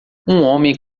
homem